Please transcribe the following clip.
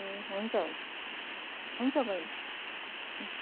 ए हुन्छ हुन्छ हुन्छ बैनी